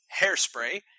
Hairspray